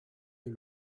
est